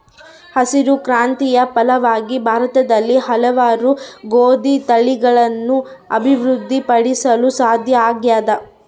ಹಸಿರು ಕ್ರಾಂತಿಯ ಫಲವಾಗಿ ಭಾರತದಲ್ಲಿ ಹಲವಾರು ಗೋದಿ ತಳಿಗಳನ್ನು ಅಭಿವೃದ್ಧಿ ಪಡಿಸಲು ಸಾಧ್ಯ ಆಗ್ಯದ